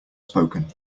spoken